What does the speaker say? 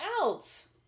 else